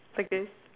back then